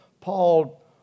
Paul